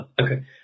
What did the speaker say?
Okay